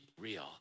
real